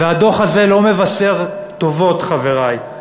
והדוח הזה לא מבשר טובות, חברי.